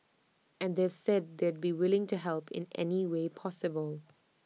and they've said they'd be willing to help in any way possible